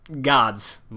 gods